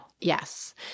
Yes